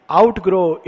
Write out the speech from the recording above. outgrow